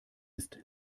ist